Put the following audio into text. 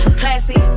classy